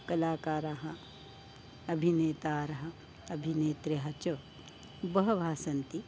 कलाकारः अभिनेतारः अभिनेत्र्यः च बहवः सन्ति